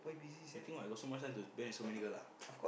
you think what I got so much time to spend with so many girl ah